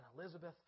Elizabeth